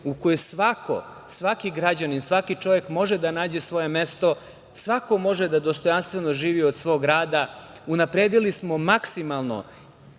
u koju svaki građanin, svaki čovek može da nađe svoje mesto. Svako može da dostojanstveno živi od svog rada. Unapredili smo maksimalno